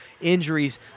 injuries